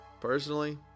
Personally